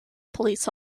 police